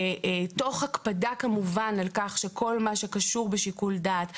כמובן תוך הקפדה על כך שכל מה שקשור בשיקול דעת,